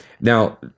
Now